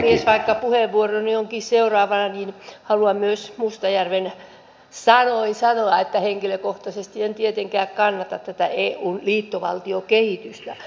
vaikka puheenvuoroni onkin seuraavana niin haluan myös mustajärven sanoin sanoa että henkilökohtaisesti en tietenkään kannata eun liittovaltiokehitystä